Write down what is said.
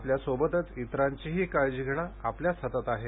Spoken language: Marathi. आपल्यासोबतच इतरांचीही काळजी घेणं आपल्याच हातात आहे